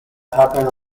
happened